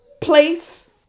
place